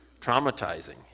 Traumatizing